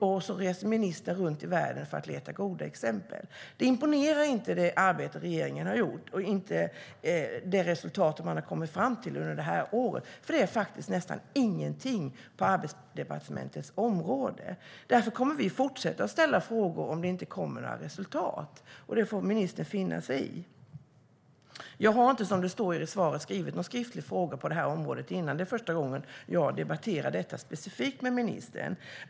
Och ministern reser runt i världen för att leta efter goda exempel. Det arbete som regeringen har gjort och det resultat man har kommit fram till under det här året imponerar inte. Det är faktiskt nästan ingenting på Arbetsmarknadsdepartementets område. Vi kommer att fortsätta att ställa frågor om det inte kommer några resultat. Det får ministern finna sig i. Jag har inte, som det sägs i svaret, ställt någon skriftlig fråga på det här området tidigare. Det är första gången jag debatterar detta specifikt med ministern.